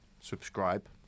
Subscribe